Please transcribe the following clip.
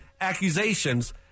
accusations